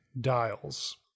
dials